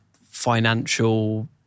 financial